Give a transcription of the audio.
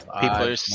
People